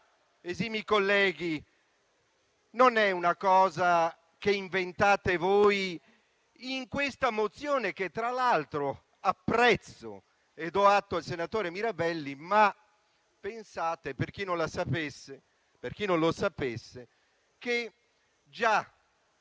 diritto alla casa non è una cosa che inventate voi in questa mozione, che tra l'altro apprezzo e di cui do atto al senatore Mirabelli. Pensate - per chi non lo sapesse - che già